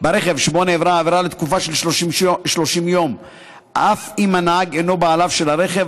שבו נעברה העבירה לתקופה של 30 יום אף אם הנהג אינו בעליו של הרכב,